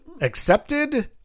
Accepted